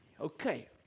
Okay